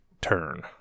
turn